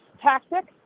tactic